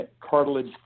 cartilage